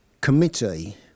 committee